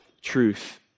truth